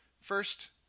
First